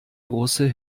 große